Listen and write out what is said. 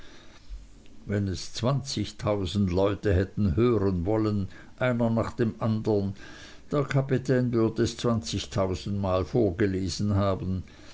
wenn es zwanzigtausend leute hätten hören wollen einer nach dem andern der kapitän würde es zwanzigtausendmal vorgelesen haben